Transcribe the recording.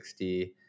60